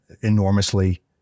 enormously